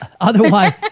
Otherwise